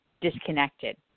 disconnected